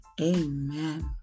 amen